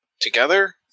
together